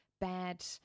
bad